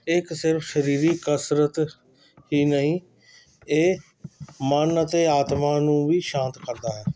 ਇਹ ਇੱਕ ਸਿਰਫ਼ ਸਰੀਰਿਕ ਕਸਰਤ ਹੀ ਨਹੀਂ ਇਹ ਮਨ ਅਤੇ ਆਤਮਾ ਨੂੰ ਵੀ ਸ਼ਾਂਤ ਕਰਦਾ ਹੈ